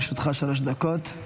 בבקשה, לרשותך שלוש דקות.